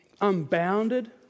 unbounded